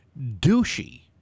douchey